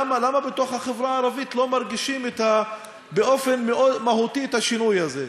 למה בתוך החברה הערבית לא מרגישים באופן מאוד מהותי את השינוי הזה.